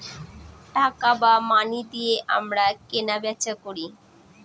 টাকা বা মানি দিয়ে আমরা কেনা বেচা করি